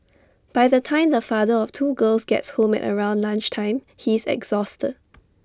by the time the father of two girls gets home at around lunch time he is exhausted